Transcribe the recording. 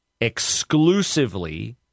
exclusively